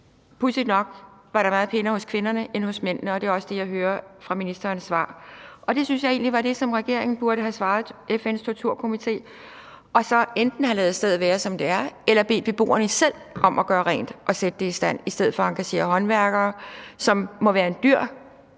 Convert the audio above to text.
Pudsigt nok var der meget pænere hos kvinderne end hos mændene, og det er også det, jeg hører af ministerens svar. Det synes jeg egentlig var det, som regeringen burde have svaret FN's Torturkomité, og så skulle man enten have ladet stedet være, som det er, eller bedt beboerne om selv at gøre rent og sætte det i stand i stedet for at engagere håndværkere, hvilket må være en dyr